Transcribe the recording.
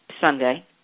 Sunday